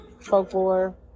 folklore